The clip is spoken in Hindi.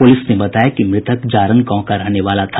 पुलिस ने बताया कि मृतक जारंग गांव का रहने वाला था